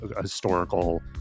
historical